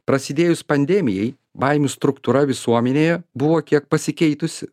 prasidėjus pandemijai baimių struktūra visuomenėje buvo kiek pasikeitusi